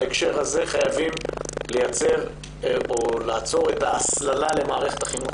בהקשר הזה חייבים לעצור את ההסללה למערכת החינוך